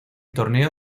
torneo